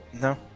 No